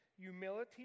humility